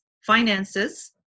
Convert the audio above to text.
finances